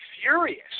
furious